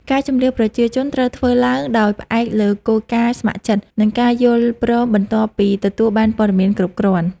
ការជម្លៀសប្រជាជនត្រូវធ្វើឡើងដោយផ្អែកលើគោលការណ៍ស្ម័គ្រចិត្ត និងការយល់ព្រមបន្ទាប់ពីទទួលបានព័ត៌មានគ្រប់គ្រាន់។